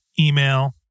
email